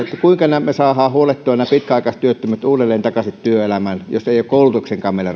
kuinka me saamme huolehdittua nämä pitkäaikaistyöttömät uudelleen takaisin työelämään jos ei ole koulutukseenkaan meillä